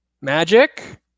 Magic